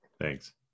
Thanks